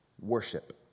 worship